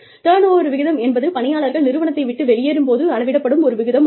turn over விகிதம் என்பது பணியாளர்கள் நிறுவனத்தை விட்டு வெளியேறும் போது அளவிடப்படும் ஒரு விகிதம் ஆகும்